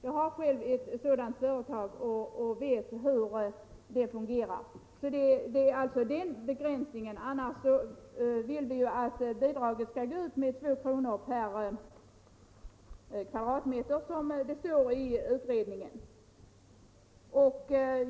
Det är alltså den begränsningen det gäller. Annars vill vi att bidragen skall utgå med 2 kr. per kvadratmeter, som det också står i utredningens betänkande.